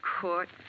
court